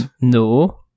No